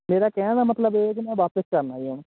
ਮੇਰਾ ਕਹਿਣ ਦਾ ਮਤਲਬ ਇਹ ਕਿ ਮੈਂ ਵਾਪਸ ਕਰਨਾ ਜੀ ਹੁਣ